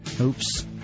oops